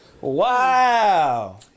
Wow